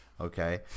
Okay